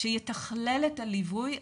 מתחלל את הליווי,